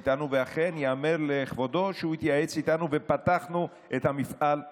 ואני אומר לך שאנחנו יודעים ויכולים להיות תחרותיים גם בפירות וירקות.